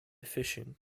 fishing